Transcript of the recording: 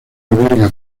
alberga